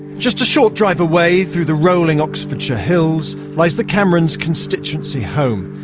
just a short drive away through the rolling oxfordshire hills lies the cameron's constituency home.